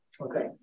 Okay